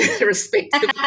respectively